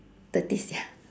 thirties ya